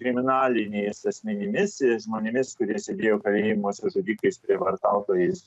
kriminaliniais asmenimis žmonėmis kurie sėdėjo kalėjimuose žudikais prievartautojais